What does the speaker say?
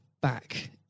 back